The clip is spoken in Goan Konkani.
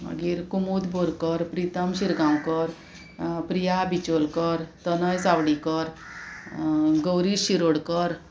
मागीर कुमूद बोरकर प्रितम शिरगांवकर प्रिया बिचोलकर तनय सावडीकर गौरी शिरोडकर